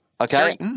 Okay